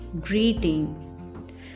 greeting